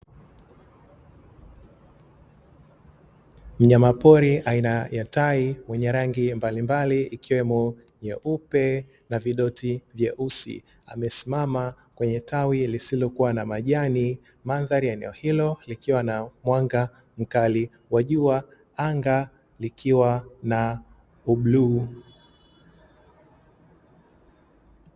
Mnyamapori aina ya tai mwenye rangi mbalimbali ikiwemo nyeupe na vidoti vyeusi. Amesimama kwenye tawi lisilokuwa na majani, mandhari ya eneo hilo likiwa na mwanga mkali wa jua anga likiwa na ubluu.